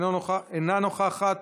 אינה נוכחת,